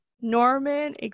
Norman